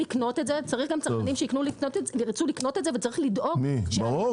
בסופו של דבר צריך צרכנים שירצו לקנות את זה וצריך לדאוג --- ברור,